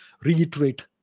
reiterate